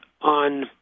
on